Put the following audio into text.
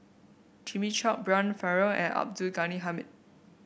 Jimmy Chok Brian Farrell and Abdul Ghani Hamid